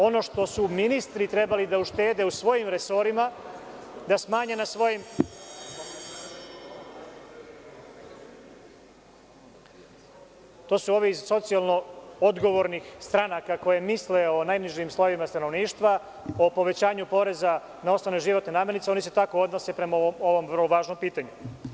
Ono što su ministri trebali da uštede u svojim resorima, da smanje, to su ovi iz socijalno odgovornih stranaka koje misle o najnižim slojevima stanovništva, o povećanju poreza na osnovne životne namirnice, oni se tako odnose prema ovom važnom pitanju.